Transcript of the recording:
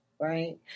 right